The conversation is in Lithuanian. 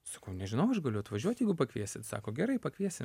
sakau nežinau aš galiu atvažiuot jeigu pakviesit sako gerai pakviesi